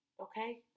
Okay